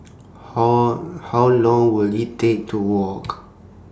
How How Long Will IT Take to Walk